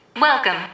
Welcome